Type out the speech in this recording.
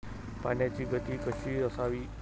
पाण्याची गती कशी असावी?